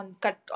cut